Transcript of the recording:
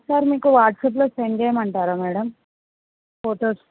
ఒకసారి మీకు వాట్సాప్లో సెండ్ చేయమంటారా మేడమ్ ఫొటోస్